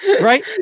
Right